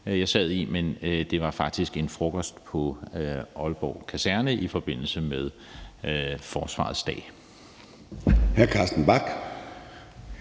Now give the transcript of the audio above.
jeg sad i, men det var faktisk en frokost på Aalborg Kaserne i forbindelse med Forsvarets Dag.